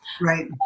Right